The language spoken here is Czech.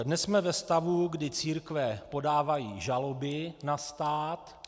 Dnes jsme ve stavu, kdy církve podávají žaloby na stát.